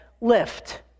lift